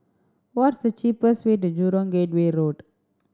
what's the cheapest way to Jurong Gateway Road